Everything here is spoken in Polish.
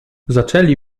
zaczęli